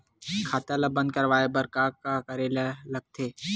खाता ला बंद करवाय बार का करे ला लगथे?